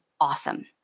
awesome